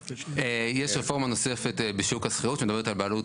יש רפורמה נוספת בשוק השכירות שמדברת על בעלות